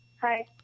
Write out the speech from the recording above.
Hi